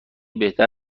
بهتر